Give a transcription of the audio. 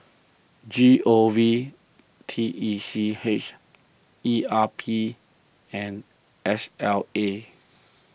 G O V T E C H E R P and S L A